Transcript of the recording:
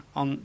on